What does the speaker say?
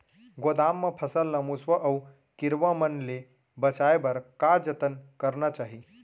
गोदाम मा फसल ला मुसवा अऊ कीरवा मन ले बचाये बर का जतन करना चाही?